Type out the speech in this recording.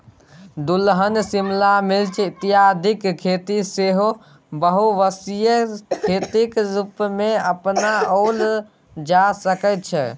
दलहन शिमला मिर्च इत्यादिक खेती सेहो बहुवर्षीय खेतीक रूपमे अपनाओल जा सकैत छै